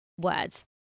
words